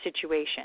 situation